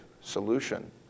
solution